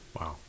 Wow